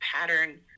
pattern